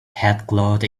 headcloth